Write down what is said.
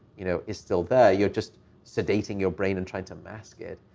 you know, is still there. you're just sedating your brain and trying to mask it.